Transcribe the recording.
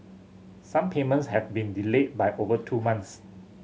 some payments have been delayed by over two months